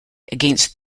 against